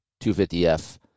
250F